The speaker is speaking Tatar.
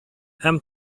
һәм